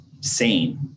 sane